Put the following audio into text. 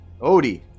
odie